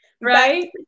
right